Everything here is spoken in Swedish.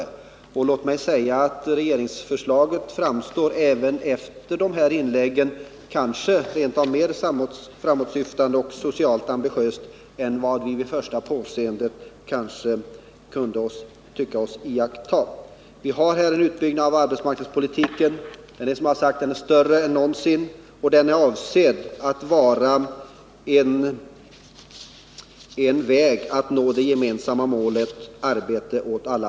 Låt mig säga att regeringsförslaget efter de här inläggen framstår som ännu mer framåtsyftande och socialt ambitiöst än vad vi vid första påseendet kanske kunde tycka. Vi har nu en utbyggnad av arbetsmarknadspolitiken, vilken — som det riktigt har påpekats här — är större än någonsin, och den är avsedd att vara en väg att nå det gemensamma målet: arbete åt alla.